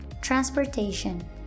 Transportation